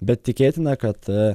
bet tikėtina kad